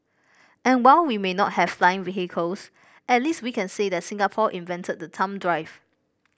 and while we may not have flying vehicles at least we can say that Singapore invented the thumb drive